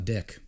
Dick